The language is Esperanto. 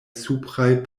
supraj